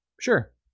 Sure